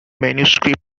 manuscript